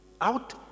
Out